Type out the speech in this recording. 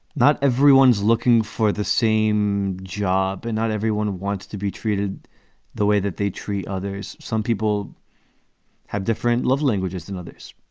not everyone's looking for the same job and not everyone wants to be treated the way that they treat others. some people have different love languages than others.